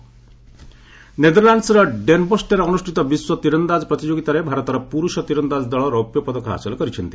archery ନେଦରଲ୍ୟାଣ୍ଡସ୍ର Den ବସ୍ଠାରେ ଅନୁଷ୍ଠିତ ବିଶ୍ୱ ତୀରନ୍ଦାଜ ପ୍ରତିଯୋଗିତାରେ ଭାରତର ପୁରୁଷ ତୀରନ୍ଦାଜ ଦଳ ରୌପ୍ୟ ପଦକ ହାସଲ କରିଛନ୍ତି